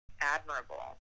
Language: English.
admirable